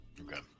okay